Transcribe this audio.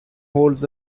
holds